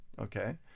Okay